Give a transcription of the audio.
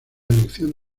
elección